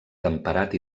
temperat